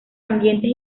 ambientes